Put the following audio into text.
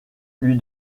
lui